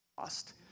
lost